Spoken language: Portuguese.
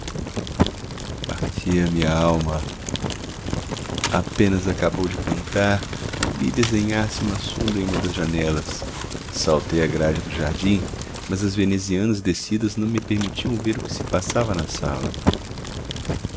partia me a alma apenas acabou de cantar vi desenhar se uma sombra em uma das janelas saltei a grade do jardim mas as venezianas descidas não me permitiam ver o que se passava na sala